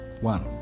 one